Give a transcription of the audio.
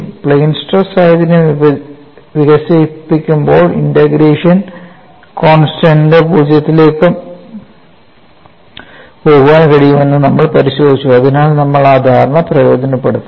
plain stress സാഹചര്യം വികസിപ്പിക്കുമ്പോൾ integration constants പൂജ്യത്തിലേക്ക് പോകാൻ കഴിയുമെന്ന് നമ്മൾ പരിശോധിച്ചു അതിനാൽ നമ്മൾ ആ ധാരണ പ്രയോജനപ്പെടുത്തുന്നു